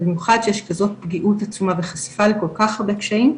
במיוחד שיש כזאת פגיעות עצומה וחשיפה לכל כך הרבה קשיים,